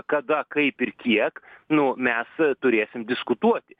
kada kaip ir kiek nu mes turėsim diskutuoti